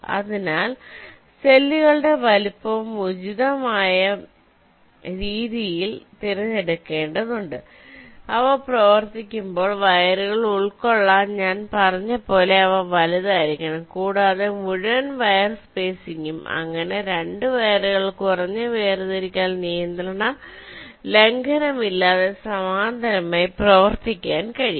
അതിനാൽ സെല്ലുകളുടെ വലുപ്പം ഉചിതമായ രീതിയിൽ തിരഞ്ഞെടുക്കേണ്ടതുണ്ട് അവ പ്രവർത്തിക്കുമ്പോൾ വയറുകൾ ഉൾക്കൊള്ളാൻ ഞാൻ പറഞ്ഞതുപോലെ അവ വലുതായിരിക്കണം കൂടാതെ മുഴുവൻ വയർ സ്പേസിംഗും അങ്ങനെ 2 വയറുകൾകുറഞ്ഞ വേർതിരിക്കൽ നിയന്ത്രണ ലംഘനമില്ലാതെ സമാന്തരമായി പ്രവർത്തിക്കാൻ കഴിയും